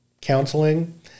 counseling